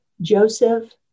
Joseph